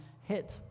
hit